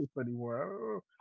anymore